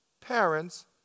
parents